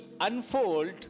unfold